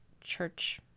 church